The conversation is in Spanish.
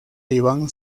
iván